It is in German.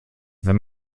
wenn